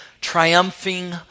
triumphing